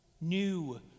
new